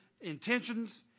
intentions